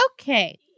Okay